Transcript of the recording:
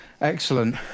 Excellent